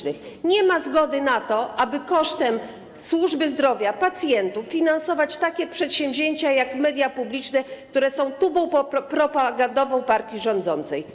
Nie ma zgody na to, aby kosztem służby zdrowia i pacjentów finansować takie przedsięwzięcia jak media publiczne, które są tubą propagandową partii rządzącej.